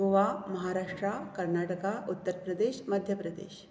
Goa Maharashtra Karnataka Uttar Pradesh Madhya Pradesh